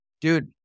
Dude